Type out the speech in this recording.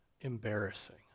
embarrassing